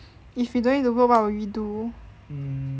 if we don't need to work what will we do